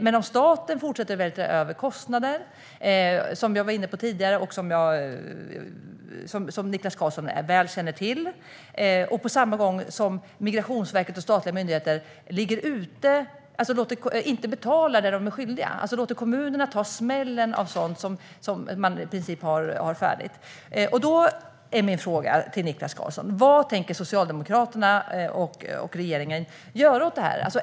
Men om staten fortsätter att vältra över kostnader, som Niklas Karlsson känner till, samtidigt som Migrationsverket och andra statliga myndigheter inte betalar det som de är skyldiga kommunerna och låter kommunerna ta smällen vill jag ställa följande fråga till Niklas Karlsson: Vad tänker Socialdemokraterna och regeringen göra åt detta?